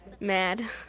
Mad